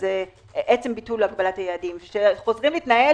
אז עצם ביטול הגבלת היעדים חוזרים להתנהל